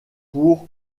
pour